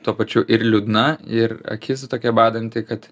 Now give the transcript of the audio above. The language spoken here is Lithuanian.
tuo pačiu ir liūdna ir akis tokia badanti kad